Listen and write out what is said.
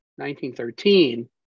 1913